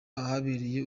ahabereye